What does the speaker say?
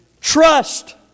trust